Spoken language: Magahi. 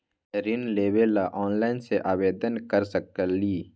ऋण लेवे ला ऑनलाइन से आवेदन कर सकली?